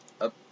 Up